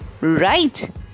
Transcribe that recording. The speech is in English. Right